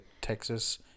Texas